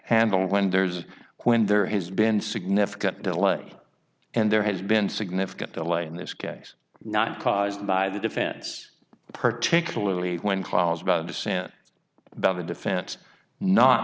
handled when there's when there has been significant delay and there has been significant delay in this case not caused by the defense particularly when calls about dissent by the defense not